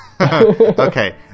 Okay